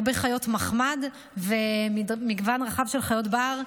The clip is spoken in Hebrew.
הרבה חיות מחמד ומגוון רחב של חיות בר,